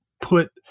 put